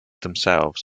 themselves